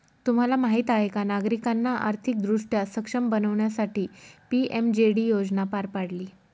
तुम्हाला माहीत आहे का नागरिकांना आर्थिकदृष्ट्या सक्षम बनवण्यासाठी पी.एम.जे.डी योजना पार पाडली